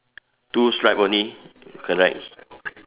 two stripe only correct